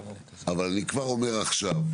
אבל אני כבר אומר עכשיו,